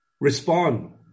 respond